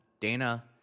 Dana